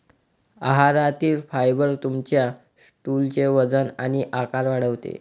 आहारातील फायबर तुमच्या स्टूलचे वजन आणि आकार वाढवते